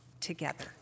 together